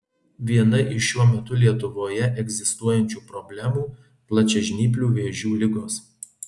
viena iš šiuo metu lietuvoje egzistuojančių problemų plačiažnyplių vėžių ligos